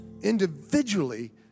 individually